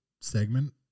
segment